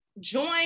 join